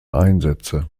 einsätze